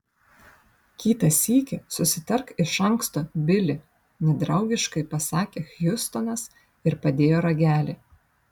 kitą sykį susitark iš anksto bili nedraugiškai pasakė hjustonas ir padėjo ragelį